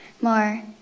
more